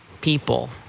people